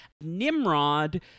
Nimrod